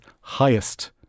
highest